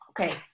okay